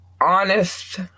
honest